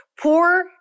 poor